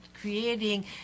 creating